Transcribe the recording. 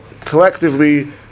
collectively